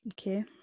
Okay